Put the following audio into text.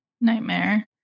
Nightmare